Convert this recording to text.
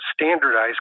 standardized